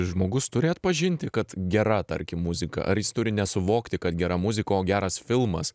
žmogus turi atpažinti kad gera tarkim muzika ar jis turi nesuvokti kad gera muzika o geras filmas